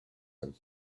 him